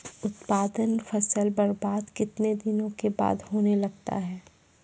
उत्पादन फसल बबार्द कितने दिनों के बाद होने लगता हैं?